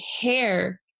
hair